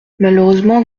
malheureusement